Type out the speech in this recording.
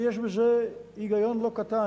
ויש בזה היגיון לא קטן,